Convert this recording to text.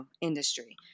industry